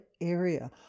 area